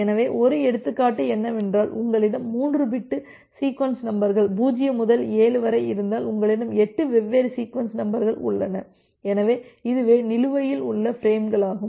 எனவே ஒரு எடுத்துக்காட்டு என்னவென்றால் உங்களிடம் 3 பிட் சீக்வென்ஸ் நம்பர்கள் 0 முதல் 7 வரை இருந்தால் உங்களிடம் 8 வெவ்வேறு சீக்வென்ஸ் நம்பர்கள் உள்ளன எனவே இதுவே நிலுவையில் உள்ள பிரேம்களாகும்